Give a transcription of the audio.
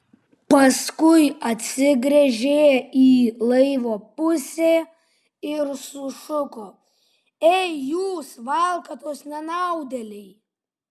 paskui atsigręžė į laivo pusę ir sušuko ei jūs valkatos nenaudėliai